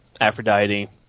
Aphrodite